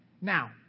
Now